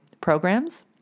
programs